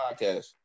podcast